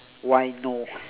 why no